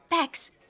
Bex